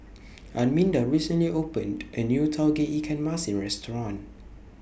Arminda recently opened A New Tauge Ikan Masin Restaurant